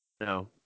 No